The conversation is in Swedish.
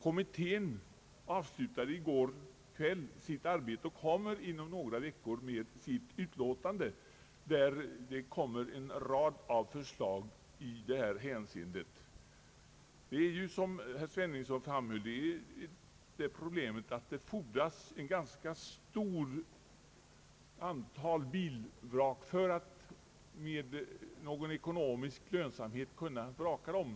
Kommittén avslutade i går kväll sitt arbete och kommer att inom några veckor avlämna sitt utlåtande med en rad förslag i detta avseende. Som herr Sveningsson framhöll är problemet att det fordras ett ganska stort antal bilvrak för att man med någon ekonomisk lönsamhet skall kunna skrota ned dem.